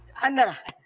and